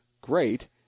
great